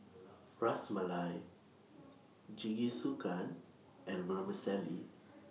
Ras Malai Jingisukan and Vermicelli